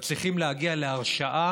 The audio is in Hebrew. מצליחים להגיע להרשעה,